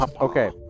Okay